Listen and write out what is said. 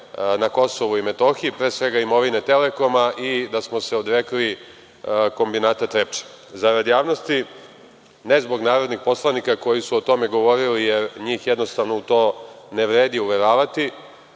na Kosovu i Metohiji, pre svega imovine Telekoma i da smo se odrekli kombinata „Trepča“.Za rad javnosti, ne zbog narodnih poslanika koji su o tome govorili, njih jednostavno u to ne vredi uveravati,